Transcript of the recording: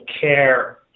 care